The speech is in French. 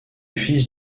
fils